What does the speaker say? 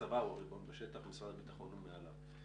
הצבא הוא הריבון בשטח ומשרד הביטחון הוא מעליו,